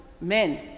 men